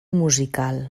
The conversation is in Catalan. musical